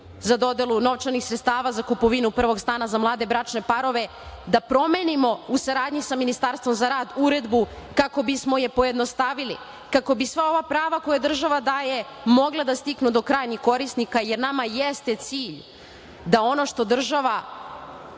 za dodelu novčanih sredstava za kupovinu prvog stana za mlade bračne parove, da promenimo u saradnji sa Ministarstvom za rad uredbu kako bismo je pojednostavili, kako bi sva ova prava koja država daje mogla da stignu do krajnjih korisnika, jer nama jeste cilj da ono što država